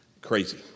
Crazy